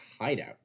Hideout